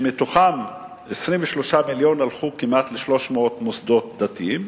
שמתוכם 23 מיליון הלכו לכ-300 מוסדות דתיים